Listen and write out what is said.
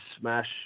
smash